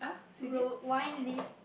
rose wine list